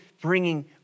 bringing